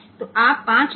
તો આપણે 5 ઓછા 1